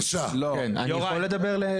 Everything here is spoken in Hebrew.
אני יכול לדבר?